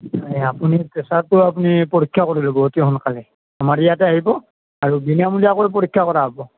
আপুনি প্ৰেচাৰটো আপুনি পৰীক্ষা কৰি ল'ব অতি সোনকালে আমাৰ ইয়াতে আহিব আৰু বিনামূলীয়াকৈ পৰীক্ষা কৰা হ'ব